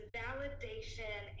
validation